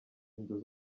inzu